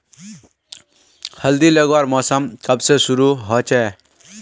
हल्दी लगवार मौसम कब से शुरू होचए?